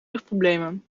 rugproblemen